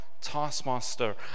taskmaster